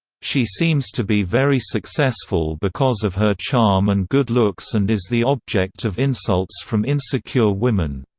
she seems to be very successful because of her charm and good looks and is the object of insults from insecure women.